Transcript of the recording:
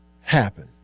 happen